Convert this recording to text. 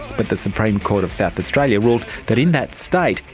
but the supreme court of south australia ruled that in that state,